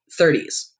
30s